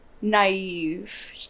naive